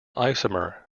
isomer